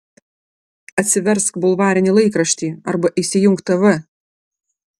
atsiversk bulvarinį laikraštį arba įsijunk tv